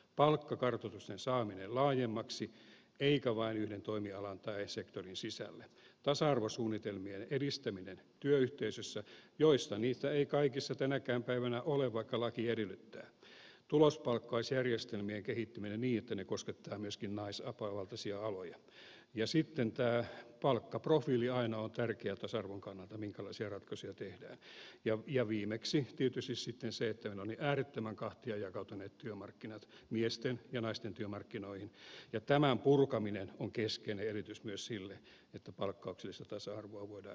palkkakartoitusten saaminen laajemmaksi eikä vain yhden toimialan tai sektorin sisälle tasa arvosuunnitelmien edistäminen työyhteisöissä niitä ei kaikissa tänäkään päivänä ole vaikka laki edellyttää tulospalkkausjärjestelmien kehittäminen niin että ne koskettavat myöskin naisvaltaisia aloja ja sitten tämä palkkaprofiili aina on tärkeä tasa arvon kannalta minkälaisia ratkaisuja tehdään ja viimeksi tietysti sitten se että meillä on äärettömän kahtiajakautuneet työmarkkinat miesten ja naisten työmarkkinoihin ja tämän purkaminen on keskeinen edellytys myös sille että palkkauksellista tasa arvoa voidaan edistää